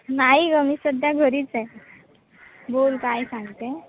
नाही ग मी सध्या घरीच आहे बोल काय सांगते